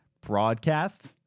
broadcast